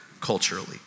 culturally